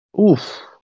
Oof